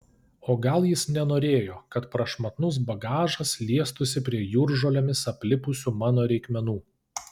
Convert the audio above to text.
o gal jis nenorėjo kad prašmatnus bagažas liestųsi prie jūržolėmis aplipusių mano reikmenų